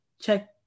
check